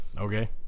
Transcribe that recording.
Okay